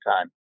time